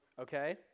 okay